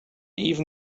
even